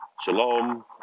Shalom